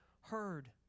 heard